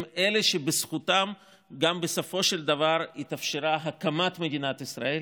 הם אלה שבזכותם גם בסופו של דבר התאפשרה הקמתה של מדינת ישראל